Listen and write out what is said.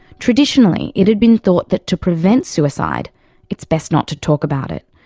traditionally it had been thought that to prevent suicide it's best not to talk about it,